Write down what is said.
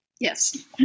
Yes